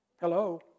Hello